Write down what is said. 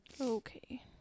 Okay